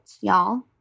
y'all